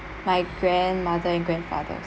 my grandmother and grandfather